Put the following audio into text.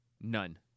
None